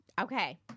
okay